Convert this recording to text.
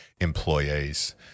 employees